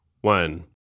one